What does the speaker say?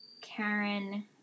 Karen